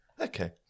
Okay